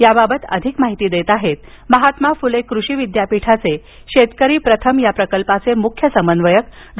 याबाबत अधिक माहिती देत आहेत महात्मा फुले कृषी विद्यापीठाचे शेतकरी प्रथम प्रकल्पाचे प्रमुख समन्वयक डॉ